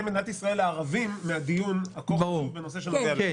מדינת ישראל הערבים מהדיון הכה חשוב בנושא שנוגע --- כן.